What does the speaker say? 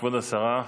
כבוד השרה,